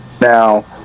now